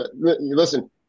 listen